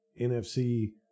NFC